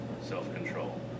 self-control